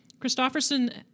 Christofferson